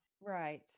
Right